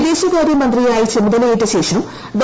വിദേശകാര്യമന്ത്രിയായി ചുമതലയേറ്റ ശേഷം ഡോ